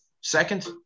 second